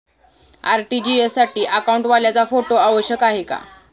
RTGS साठी अकाउंटवाल्याचा photo आवश्यक आहे का?